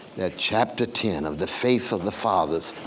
that chapter ten of the faith of the fathers.